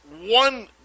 one